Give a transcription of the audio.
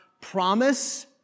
promise